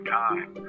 time